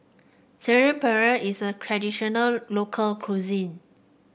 Saag Paneer is a traditional local cuisine